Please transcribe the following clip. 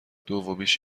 دومیش